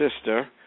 sister